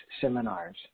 seminars